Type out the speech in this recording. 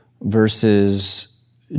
versus